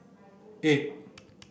eight